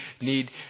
need